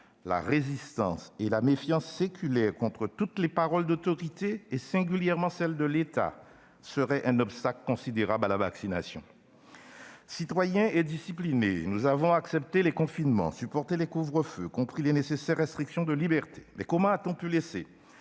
la résistance et la méfiance séculaire contre toutes les paroles d'autorité- et singulièrement celle de l'État -seraient un obstacle considérable à la vaccination. Citoyens disciplinés, nous avons accepté les confinements, supporté les couvre-feux, compris les nécessaires restrictions de libertés. Mais comment a-t-on pu laisser